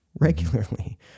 regularly